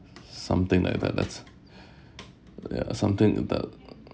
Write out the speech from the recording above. something like that that's ya something that